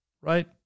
Right